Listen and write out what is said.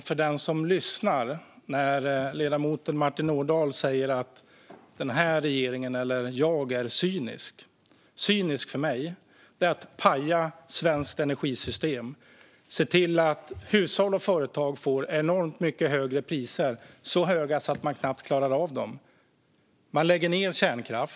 Fru talman! Martin Ådahl säger att regeringen och jag är cyniska. Cyniskt är för mig är att paja svenskt energisystem och se till att hushåll och företag får enormt mycket högre priser, så höga att de knappt klarar av dem.